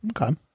Okay